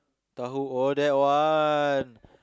tauhu oh that one